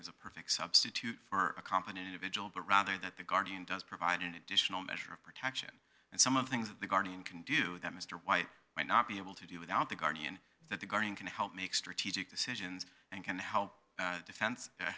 is a perfect substitute for a comp an individual but rather that the guardian does provide an additional measure of protection and some of the things that the guardian can do that mr white might not be able to do without the guardian that the guardian can help make strategic decisions and can help the defense